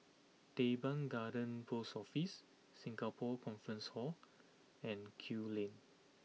Teban Garden Post Office Singapore Conference Hall and Kew Lane